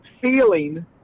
feeling